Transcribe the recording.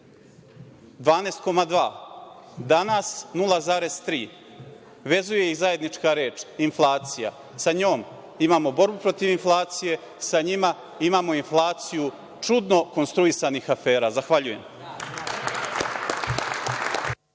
12,2%. Danas 0,3%. Vezuje ih zajednička reč – inflacija. Sa njom imamo borbu protiv inflacije, sa njima imamo inflaciju čudno konstruisanih afera.(Zoran